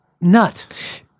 nut